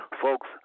folks